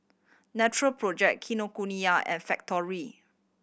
Natural Project Kinokuniya and Factorie